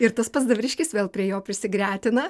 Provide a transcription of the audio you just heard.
ir tas pats dvariškis vėl prie jo prisigretina